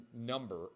number